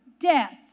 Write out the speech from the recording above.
death